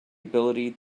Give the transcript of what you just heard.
ability